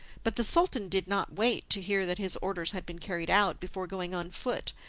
but the sultan did not wait to hear that his orders had been carried out before going on foot,